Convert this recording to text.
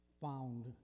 found